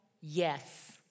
yes